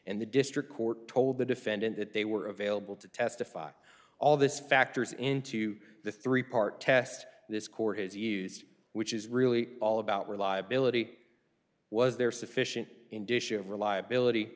and the district court told the defendant that they were available to testify all this factors into the three part test this court has used which is really all about reliability was there sufficient in disha of reliability